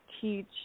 teach